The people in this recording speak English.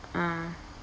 ah